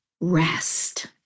rest